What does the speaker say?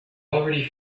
already